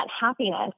happiness